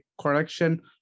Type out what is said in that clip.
correction